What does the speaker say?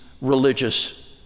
religious